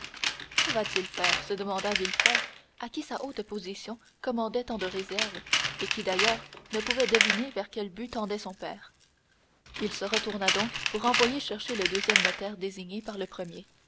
que va-t-il faire se demanda villefort à qui sa haute position commandait tant de réserve et qui d'ailleurs ne pouvait deviner vers quel but tendait son père il se retourna donc pour envoyer chercher le deuxième notaire désigné par le premier